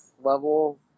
level